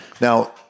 Now